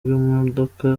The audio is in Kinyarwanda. bw’imodoka